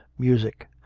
music.